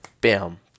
Bam